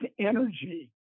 energy